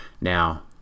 now